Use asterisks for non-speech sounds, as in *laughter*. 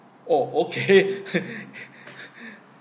oh okay *laughs*